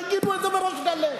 תגידו את זה בריש גלי.